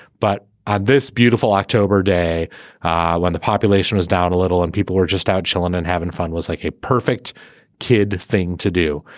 but on this beautiful october day when the population was down a little and people were just out chillin and having fun was like a perfect kid thing to do.